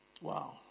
Wow